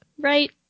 Right